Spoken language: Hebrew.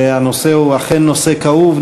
הנושא הוא אכן נושא כאוב,